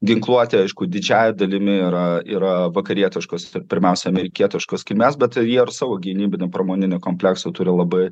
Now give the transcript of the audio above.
ginkluotė aišku didžiąja dalimi yra yra vakarietiškos pirmiausia amerikietiškos kilmės bet jie ir savo gynybinių pramoninių kompleksų turi labai